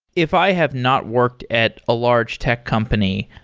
if i have not worked at a large tech company,